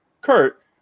Kurt